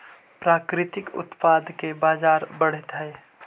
प्राकृतिक उत्पाद के बाजार बढ़ित हइ